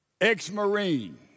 Ex-Marine